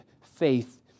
faith